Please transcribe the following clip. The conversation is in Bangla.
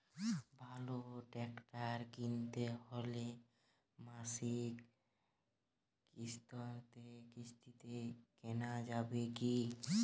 ভালো ট্রাক্টর কিনতে হলে মাসিক কিস্তিতে কেনা যাবে কি?